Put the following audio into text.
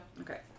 Okay